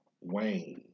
Wayne